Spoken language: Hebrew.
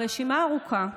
הרשימה ארוכה,